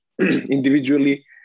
individually